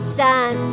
sun